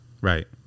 Right